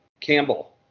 Campbell